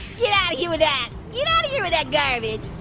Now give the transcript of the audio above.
yeah out of here with that. get out of here with that garbage!